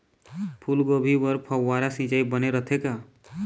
फूलगोभी बर फव्वारा सिचाई बने रथे का?